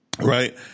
right